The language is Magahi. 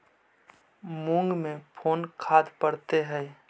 मुंग मे कोन खाद पड़तै है?